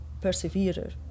perseverer